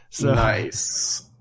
Nice